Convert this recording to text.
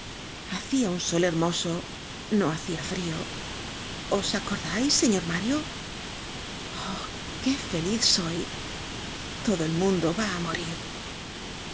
hacia un sol hermoso no hacia frio os acordais señor mario oh qué feliz soy todo el mundo va á morir